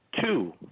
Two